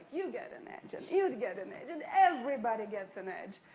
you get an edge, and you get an edge, and everybody gets an edge.